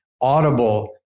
audible